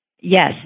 Yes